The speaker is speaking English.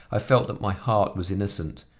i felt that my heart was innocent.